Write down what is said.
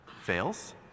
fails